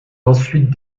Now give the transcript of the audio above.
ensuite